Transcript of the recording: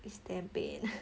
it's damn pain